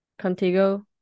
Contigo